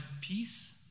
peace